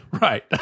right